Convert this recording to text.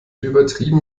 übertrieben